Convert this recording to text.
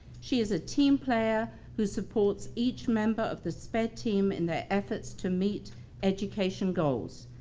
she is a team player who supports each member of the sped team in their efforts to meet education goals.